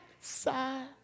side